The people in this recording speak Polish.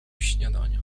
śniadania